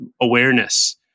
awareness